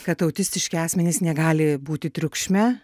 kad autistiški asmenys negali būti triukšme